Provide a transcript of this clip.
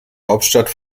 hauptstadt